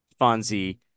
Fonzie